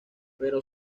pero